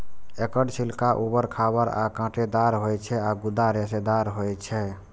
एकर छिलका उबर खाबड़ आ कांटेदार होइ छै आ गूदा रेशेदार होइ छै